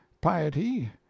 piety